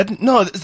No